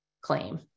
claim